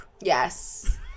yes